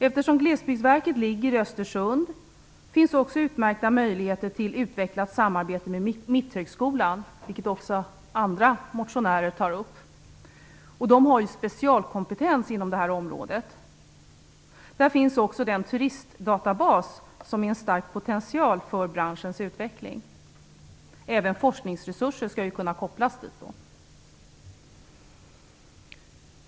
Eftersom Glesbygdsmyndigheten ligger i Östersund finns också utmärkta möjligheter till utvecklat samarbete med Mitthögskolan, vilket också andra motionärer berör, som har specialkompetens på området. Där finns också den turistdatabas som är en stor potential för branschens utveckling. Även forskningsresurser skall kunna kopplas dit.